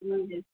जी